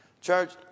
Church